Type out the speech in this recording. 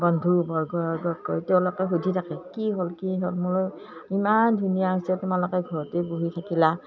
বন্ধু বৰ্গৰ আগত কৈ তেওঁলোকে সুধি থাকে কি হ'ল কি হ'ল মই বোলো ইমান ধুনীয়া হৈছে তোমালোকে ঘৰতেই বহি থাকিলা